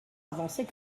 avançait